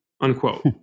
unquote